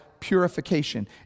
purification